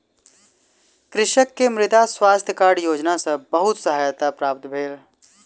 कृषक के मृदा स्वास्थ्य कार्ड योजना सॅ बहुत सहायता प्राप्त भेल